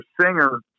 singer